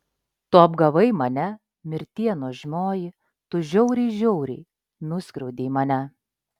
tu apgavai mane mirtie nuožmioji tu žiauriai žiauriai nuskriaudei mane